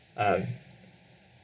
um